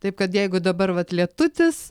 taip kad jeigu dabar vat lietutis